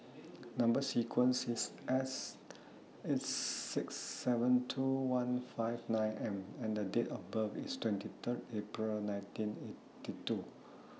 Number sequence IS S eight six seven two one five nine M and Date of birth IS twenty Third April nineteen eighty two